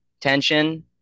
tension